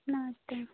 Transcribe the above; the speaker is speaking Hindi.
नमस्ते